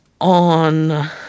On